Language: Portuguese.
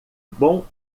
bom